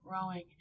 growing